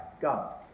God